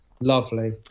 Lovely